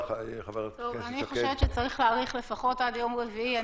אני חושבת שצריך להאריך לפחות עד יום רביעי.